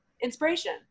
Inspiration